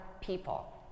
people